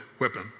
weapon